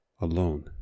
alone